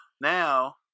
Now